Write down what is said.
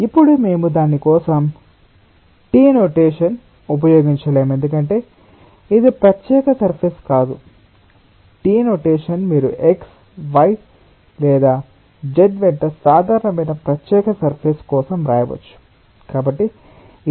కాబట్టి ఇప్పుడు మేము దాని కోసం τ నొటేషన్ ఉపయోగించలేము ఎందుకంటే ఇది ప్రత్యేక సర్ఫేస్ కాదు τ నొటేషన్ మీరు x y లేదా z వెంట సాధారణమైన ప్రత్యేక సర్ఫేస్ కోసం వ్రాయవచ్చు